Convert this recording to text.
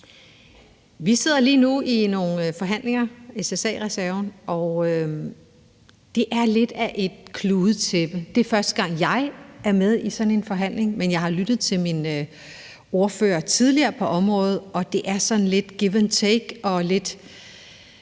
Vi sidder lige nu i nogle forhandlinger om SSA-reserven, og det er lidt af et kludetæppe. Det er første gang, jeg er med i sådan en forhandling, men jeg har lyttet til mit partis tidligere ordfører på området, og det er sådan lidt give and take og handler